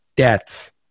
deaths